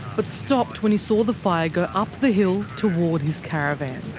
but stopped when he saw the fire go up the hill, toward his caravan.